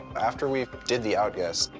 after we did the outguess,